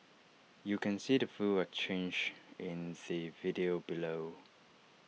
you can see the full exchange in the video below